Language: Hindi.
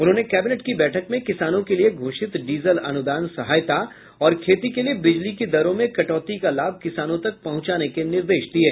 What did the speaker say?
उन्होंने कैबिनेट की बैठक में किसानों के लिए घोषित डीजल अनुदान सहायता और खेती के लिए बिजली की दरों में कटौती का लाभ किसानों तक पहुंचाने के निर्देश दिये